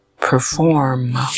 perform